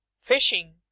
fishing.